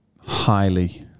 highly